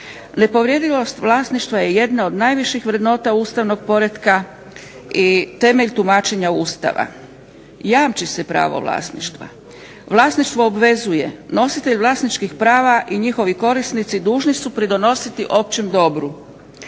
nepovredivost vlasništva je jedna od najviših vrednota ustavnog poretka i temelj tumačenja Ustava. Jamči se pravo vlasništva. Vlasništvo obvezuje. Nositelj vlasničkih prava i njihovi korisnici dužni su pridonositi općem dobru.